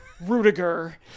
Rudiger